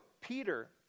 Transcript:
Peter